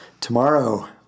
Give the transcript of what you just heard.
Tomorrow